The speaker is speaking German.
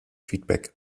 feedback